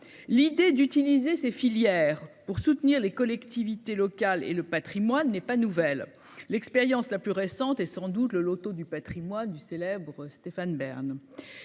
l'idée d'utiliser ces filières pour soutenir les collectivités locales et le Patrimoine n'est pas nouvelle. L'expérience la plus récente est sans doute le Loto du Patrimoine du célèbre Stéphane Bern.